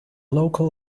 local